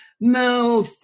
no